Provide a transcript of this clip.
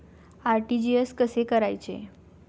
RTGS कसे करायचे?